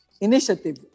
initiative